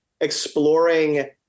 exploring